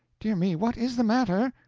dear me, what is the matter?